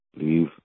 Leave